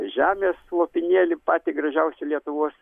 žemės lopinėlį patį gražiausią lietuvos